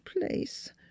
place